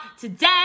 today